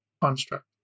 construct